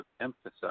emphasize